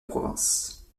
province